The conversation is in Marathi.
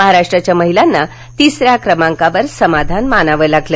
महाराष्ट्राच्या महिलांना तिसऱ्या क्रमांकावर समाधान मानावे लागलं